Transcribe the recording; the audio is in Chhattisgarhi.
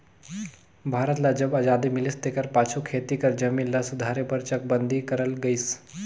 भारत ल जब अजादी मिलिस तेकर पाछू खेती कर जमीन ल सुधारे बर चकबंदी करल गइस